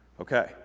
Okay